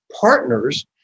partners